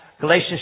Galatians